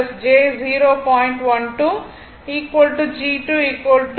அதே போல் Y2 0